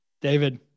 David